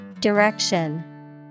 Direction